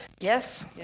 Yes